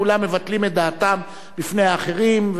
כולם מבטלים את דעתם בפני האחרים,